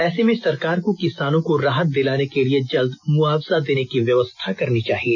ऐसे में सरकार को किसानों को राहत दिलाने के लिए जल्द मुआवजा देने की व्यवस्था करनी चाहिए